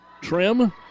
trim